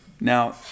Now